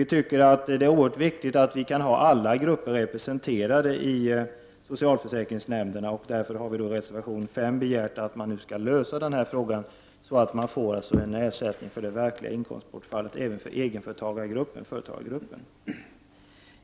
Vi tycker att det är oerhört viktigt att vi kan ha alla grupper representerade i socialförsäkringsnämnderna. Därför har vi i reservation 5 begärt att man skall lösa denna fråga så att alla får ersättning för det verkliga inkomstbortfallet, även egenföretagare.